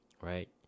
right